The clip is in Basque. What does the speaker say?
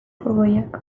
furgoiak